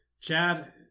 Chad